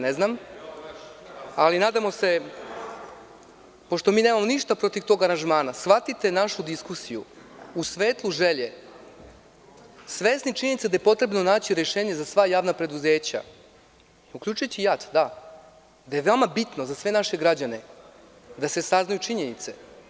Ne znam, ali nadamo se pošto mi nemamo ništa protiv tog aranžmana, shvatite našu diskusiju u svetlu želje, svesni činjenice da je potrebno naći rešenje za sva javna preduzeća, uključujući i JAT da je veoma bitno za sve naše građane da se saznaju činjenice.